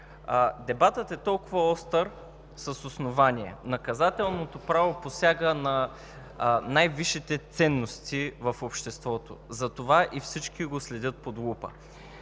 Дебатът е толкова остър с основание. Наказателното право посяга на най-висшите ценности в обществото. Затова и всички го следят под лупа.